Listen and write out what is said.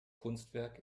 kunstwerk